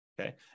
Okay